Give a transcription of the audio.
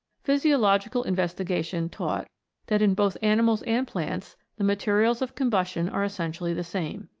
physiological investiga tion taught that in both animals and plants the materials of combustion are essentially the same.